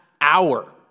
hour